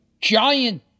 giant